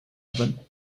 hebben